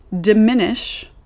diminish